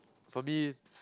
for me